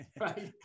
right